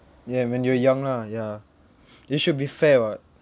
yeah when you're young lah ya it should be fair [what]